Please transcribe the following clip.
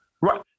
right